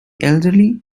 elderly